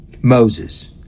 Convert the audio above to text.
Moses